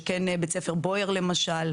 שכן בית ספר בויאר למשל.